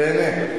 תיהנה.